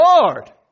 Lord